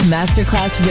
Masterclass